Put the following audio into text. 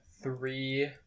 three